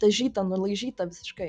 dažyta nulaižyta visiškai